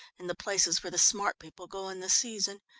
and the places where the smart people go in the season,